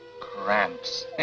Cramps